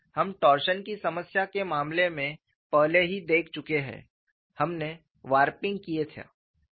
हम टॉरशन की समस्या के मामले में पहले ही देख चुके हैं हमने वारपिंग की था